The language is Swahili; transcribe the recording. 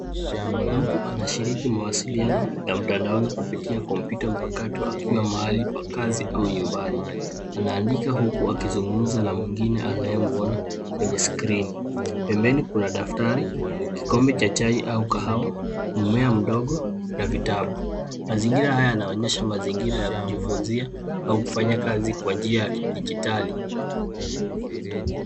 Mtu anashiriki mawasiliano ya mtandao kupitia kompyuta mpakati akiwa mahali pa kazi au nyumbani. Anaandika huku akizungumza na mwingine anayemuona kwenye skrini. Pembeni kuna daftari, kikombe cha chai au kahawa, mmea mdogo na vitabu. Mazingira haya yanaonyesha mazingira ya kujifunzia au kufanya kazi kwa njia ya kidijitali.